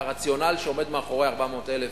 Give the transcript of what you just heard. הרציונל שעומד מאחורי 400,000,